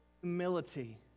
humility